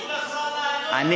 יש לך זמן לענות, שלכם?